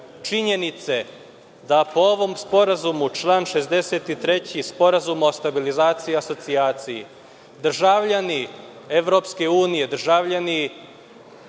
činjenice da po ovom Sporazumu, član 63. Sporazuma o stabilizaciji i asocijaciji, državljani EU, državljani